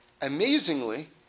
amazingly